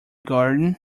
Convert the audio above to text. garden